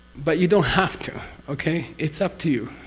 but you don't have to. okay? it's up to you,